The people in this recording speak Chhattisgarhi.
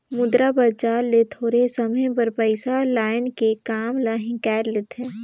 मुद्रा बजार ले थोरहें समे बर पइसा लाएन के काम ल हिंकाएल लेथें